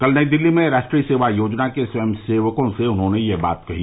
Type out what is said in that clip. कल नई दिल्ली में राष्ट्रीय सेवा योजना के स्वयं सेवकों से उन्होंने यह बात कही